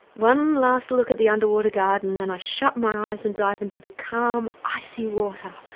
one last look at the underwater garden and i shut my eyes and dive into the calm, icy water.